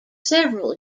several